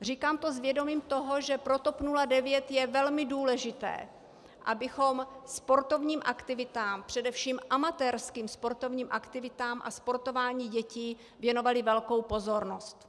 Říkám to s vědomím toho, že pro TOP 09 je velmi důležité, abychom sportovním aktivitám, především amatérským sportovním aktivitám a sportování dětí, věnovali velkou pozornost.